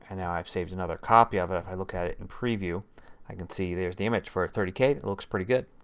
and now i've saved another copy of it. if i look at it in preview i can see the image for thirty k that looks pretty good.